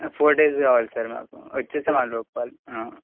four days కావాలి sir మాకు వచ్చేస్తాము ఆ లోపల